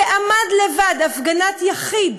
שעמד לבד, הפגנת יחיד.